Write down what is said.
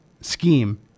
scheme